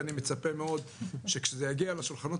ואני מצפה מאוד שכשזה יגיע לשולחנות